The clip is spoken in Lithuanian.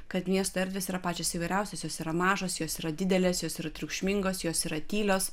kad miesto erdvės yra pačios įvairiausios jos yra mažos jos yra didelės jos yra triukšmingos jos yra tylios